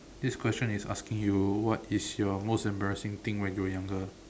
this question is asking you what is your most embarrassing thing when you were younger